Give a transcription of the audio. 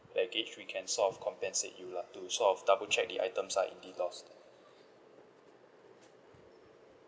package we can sort of compensate you lah to sort of double check the items are indeed lost